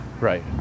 right